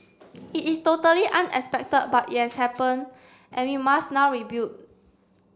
it is totally unexpected but it has happen and we must now rebuild